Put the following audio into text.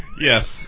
Yes